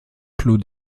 clos